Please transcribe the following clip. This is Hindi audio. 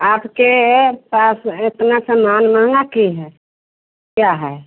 आपके पास इतना सामान महँगा क्यों है क्या है